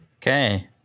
Okay